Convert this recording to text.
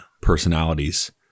personalities